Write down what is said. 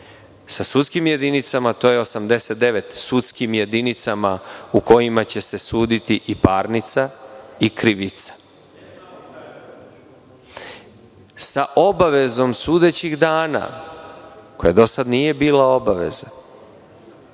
Sa sudskim jedinicama to je 89, sudskim jedinicama u kojima će se suditi i parnica i krivica. Sa obavezom sudećih dana, koja do sada nije bila obaveza